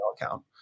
account